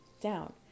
down